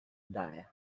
die